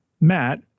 matt